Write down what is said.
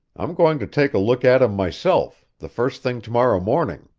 i'm going to take a look at him myself, the first thing to-morrow morning.